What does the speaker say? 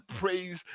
praise